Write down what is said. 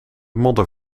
modder